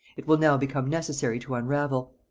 it will now become necessary to unravel.